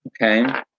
okay